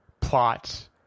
plot